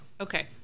Okay